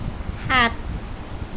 সাত